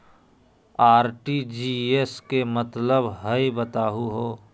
RTGS के का मतलब हई, बताहु हो?